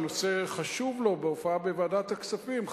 בהופעה בוועדת הכספים,